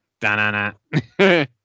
Da-na-na